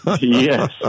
Yes